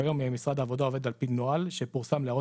כיום משרד העבודה עובד על פי נוהל שפורסם להערות